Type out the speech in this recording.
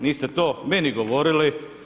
Niste to meni govorili.